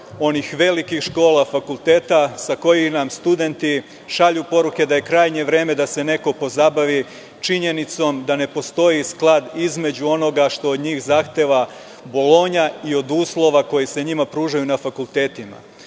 onih velikih škola, fakulteta sa kojih nam studenti šalju poruke da je krajnje vreme da se neko pozabavi činjenicom da ne postoji sklad između onoga što od njih zahteva Bolonja i od uslova koji se njima pružaju na fakultetima. Sa